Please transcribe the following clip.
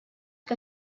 que